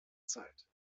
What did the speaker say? zeit